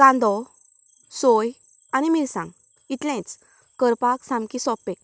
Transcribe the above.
कांदो सोय आनी मिरसांग इतलेंच करपाक सामकें सोपें